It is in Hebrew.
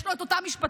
יש לו את אותם משפטים,